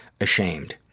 Ashamed